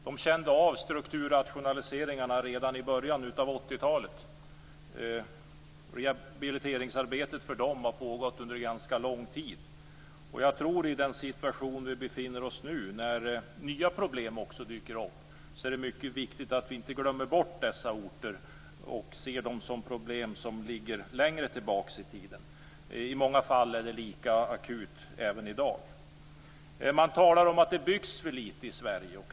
De kände av strukturrationaliseringarna redan i början av 80-talet. Rehabiliteringsarbetet för dem har pågått under ganska lång tid. I den situation som vi befinner oss nu, när nya problem också dyker upp, är det mycket viktigt att vi inte glömmer bort dessa orter och ser dem som problem som ligger längre tillbaka i tiden. I många fall är situationen lika akut även i dag. Man talar om att det byggs för litet i Sverige.